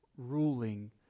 Ruling